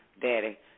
Daddy